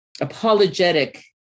apologetic